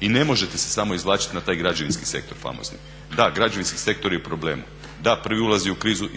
I ne možete se samo izvlačiti na taj građevinski sektor famozni. Da, građevinski sektor je u problemu, da prvi ulaz je u krizu